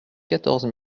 quatorze